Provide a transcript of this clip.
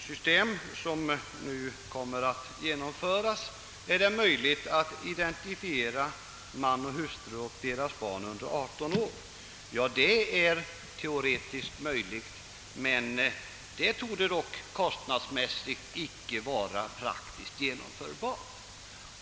system som nu kommer att genomföras är det möjligt att identifiera man och hustru och deras barn under 18 år. Ja, det är teoretiskt möjligt, men det torde dock kostnadsmässigt icke vara praktiskt genomförbart.